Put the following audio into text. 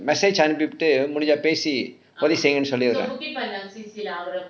message அனுப்பிட்டு முடிஞ்சா பேசி:anupittu mudinja pesi னு சொல்லிறேன்:nu solliren